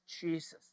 Jesus